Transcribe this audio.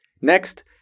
Next